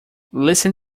listen